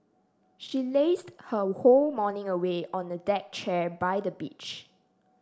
she lazed her whole morning away on a deck chair by the beach